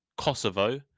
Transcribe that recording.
Kosovo